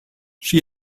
she